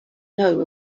know